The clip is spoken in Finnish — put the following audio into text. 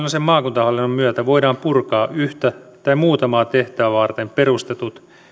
itsehallinnollisen maakuntahallinnon myötä voidaan purkaa yhtä tai muutamaa tehtävää varten perustetut